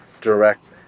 direct